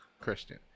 Christian